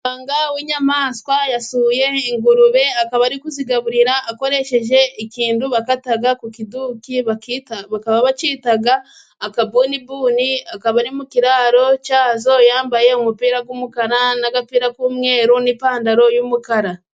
Muganga w'inyamaswa yasuye ingurube, akaba ari kuzigaburira akoresheje ikintu bakata ku kiduki. Bakita akabunibuni. Ari mu kiraro cyazo yambaye umupira w'umukara, n'agapira k'umweru ,n'ipantaro y'umukara.